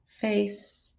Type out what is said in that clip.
face